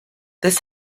this